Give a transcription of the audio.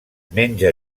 menja